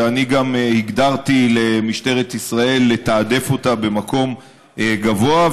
ואני גם הגדרתי למשטרת ישראל לתעדף אותה במקום גבוה.